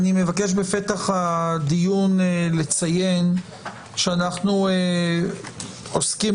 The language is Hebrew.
אני מבקש בפתח הדיון לציין שבעיני אנחנו עוסקים